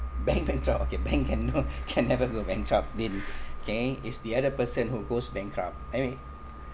bank bankrupt okay bank can no can never go bankrupt din okay it's the other person who goes bankrupt anyway